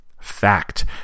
fact